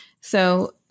So-